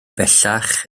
bellach